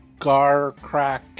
Garcrack